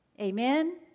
amen